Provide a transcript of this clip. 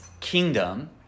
kingdom